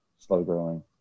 slow-growing